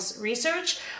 research